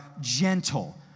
gentle